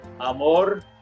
Amor